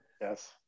yes